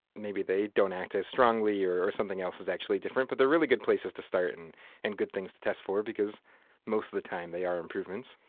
maybe they don't act as strongly or something else is actually different but they're really good places to start and and good things to test for because most of the time they are improvements.